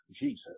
Jesus